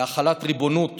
להחלת ריבונות